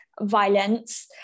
violence